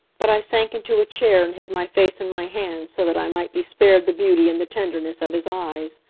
but i sank into a chair and hid my face in my hands so that i might be spared the beauty and the tenderness of his eyes.